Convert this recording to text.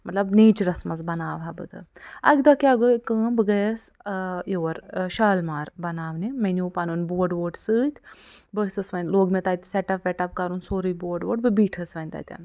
مطلب نیچرَس منٛز بناوٕ ہا بہٕ تِم اَکہِ دۅہ کیٛاہ گٔے کٲم بہٕ گٔیَس یور شالمار بناونہِ مےٚ نِیٛوٗ پَنُن بورڈ بوڈ سۭتۍ بہٕ ٲسٕس وۅنۍ لوگ مےٚ تَتہِ سٮ۪ٹ اَپ وٮ۪ٹ اَپ کَرُن سورُے بورڈ ووڈ بہٕ بیٖٹھٕس وۅنۍ تَتٮ۪ن